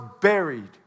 buried